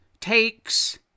Takes